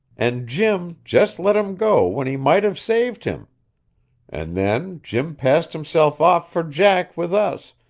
and jim just let him go when he might have saved him and then jim passed himself off for jack with us,